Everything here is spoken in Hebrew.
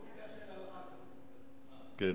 --- כן.